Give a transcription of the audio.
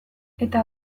eta